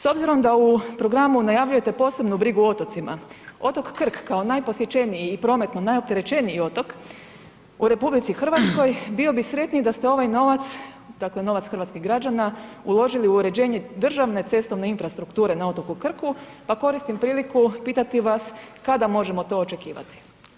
S obzirom da u programu najavljujete posebnu brigu o otocima, otok Krk kao najposjećeniji i prometno najopterećeniji otok u RH bio bi sretniji da ste ovaj novac, dakle novac hrvatskih građana, uložili u uređenje državne cestovne infrastrukture na otoku Krku, pa koristim priliku pitati vas kada možemo to očekivati?